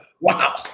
Wow